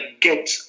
get